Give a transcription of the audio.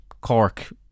Cork